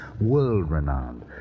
World-renowned